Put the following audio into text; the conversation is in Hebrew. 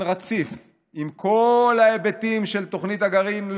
רציף עם כל ההיבטים של תוכנית הגרעין,